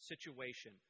situation